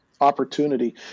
opportunity